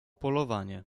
polowanie